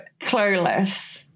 clueless